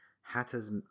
hatters